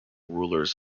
rulers